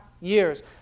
years